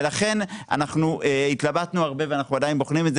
לכן אנחנו התלבטנו הרבה ואנחנו עדיין בוחנים את זה